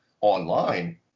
online